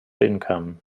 income